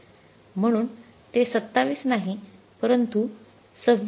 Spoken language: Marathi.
म्हणून ते २७ नाही परंतु २६